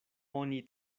oni